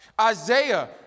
Isaiah